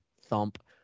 thump